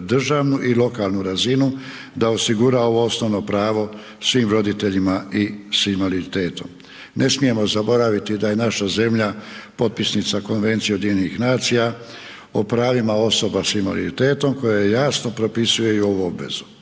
državnu i lokalnu razinu da osigura ovo osnovno pravo svim roditeljima i s invaliditetom. Ne smijemo zaboraviti da je naša zemlja potpisnica Konvencije UN-a o pravima osoba s invaliditetom koja jasno propisuje i ovu obvezu.